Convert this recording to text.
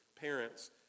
parents